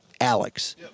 Alex